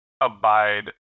abide